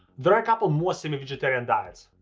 there are a couple more semi-vegetarian diets.